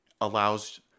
allows